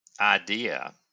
Idea